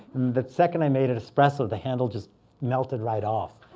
the second i made an espresso, the handle just melted right off.